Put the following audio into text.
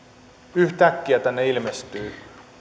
yhtäkkiä tänne ilmestyy